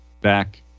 back